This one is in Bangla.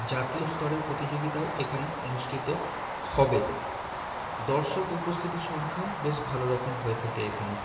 জাতীয় স্তরের প্রতিযোগিতাও এখানে অনুষ্ঠিত হবে দর্শক উপস্থিতি সংখ্যাও বেশ ভালো রকম হয়ে থাকে এখানে